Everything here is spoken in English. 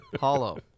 Hollow